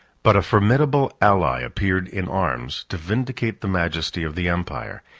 but a formidable ally appeared in arms to vindicate the majesty of the empire,